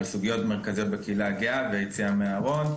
על סוגיות מרכזיות בקהילה הגאה ועל יציאה מהארון.